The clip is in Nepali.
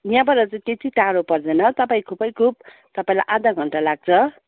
यहाँबाट चाहिँ त्यति टाढो पर्दैन तपाईँ खुबै खुब तपाईँलाई आधा घण्टा लाग्छ